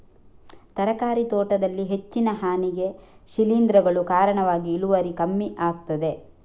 ತರಕಾರಿ ತೋಟದಲ್ಲಿ ಹೆಚ್ಚಿನ ಹಾನಿಗೆ ಶಿಲೀಂಧ್ರಗಳು ಕಾರಣವಾಗಿ ಇಳುವರಿ ಕಮ್ಮಿ ಆಗ್ತದೆ